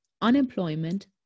unemployment